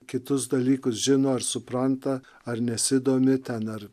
kitus dalykus žino ar supranta ar nesidomi ten ar